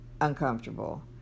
uncomfortable